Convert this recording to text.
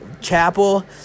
chapel